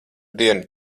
dienu